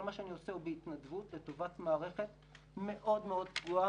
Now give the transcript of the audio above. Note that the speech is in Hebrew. כל מה שאני עושה הוא בהתנדבות לטובת מערכת מאוד מאוד פגועה.